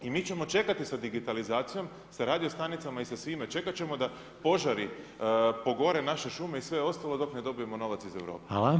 I mi ćemo čekati sa digitalizacijom, sa radiostanicama i sa svime, čekati ćemo da požari pogore naše šume i sve ostalo dok ne dobijemo novac iz Europe.